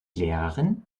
lehrerin